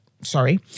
Sorry